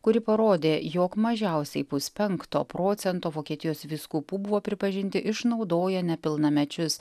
kuri parodė jog mažiausiai puspenkto procento vokietijos vyskupų buvo pripažinti išnaudoję nepilnamečius